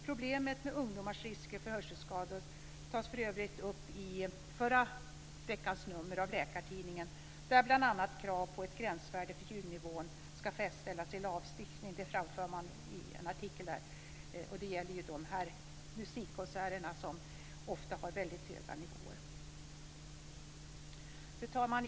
Problemet med att ungdomar riskerar att få hörselskador togs för övrigt upp i förra veckans nummer av Läkartidningen. I en artikel framfördes bl.a. krav på att ett gränsvärde för ljudnivån ska fastställas i lagstiftning. Det gäller musikkonserter där det ofta är väldigt höga ljudnivåer. Fru talman!